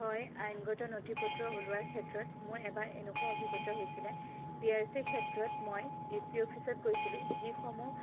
হয় আইনগত নথি পত্ৰ ওলোৱাৰ ক্ষেত্ৰত মোৰ এবাৰ এনেকুৱা অভিজ্ঞতা হৈছিলে পি আৰ চিৰ ক্ষেত্ৰত মই ডি চি অফিচত গৈছিলোঁ যিসমূহ